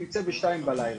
ייצא ב-2 בלילה,